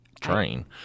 train